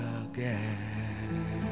again